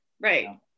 right